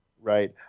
Right